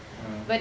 ah